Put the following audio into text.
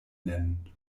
nennen